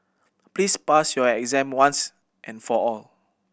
please pass your exam once and for all